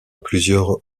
plusieurs